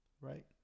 right